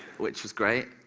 which was great,